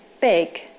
big